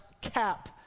cap